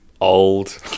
old